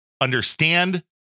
understand